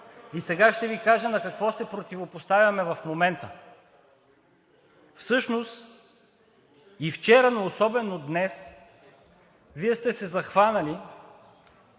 И сега ще Ви кажа на какво се противопоставяме в момента. Всъщност и вчера, но особено днес, Вие сте се захванали